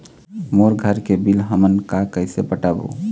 मोर घर के बिल हमन का कइसे पटाबो?